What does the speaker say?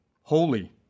holy